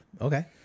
Okay